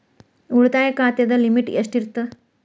ಉಳಿತಾಯ ಖಾತೆದ ಲಿಮಿಟ್ ಎಷ್ಟ ಇರತ್ತ?